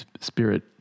spirit